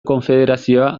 konfederazioa